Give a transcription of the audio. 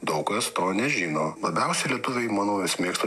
daug kas to nežino labiausiai lietuviai manau jas mėgsta